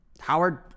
Howard